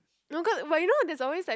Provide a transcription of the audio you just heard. no cau~ but you know there's always like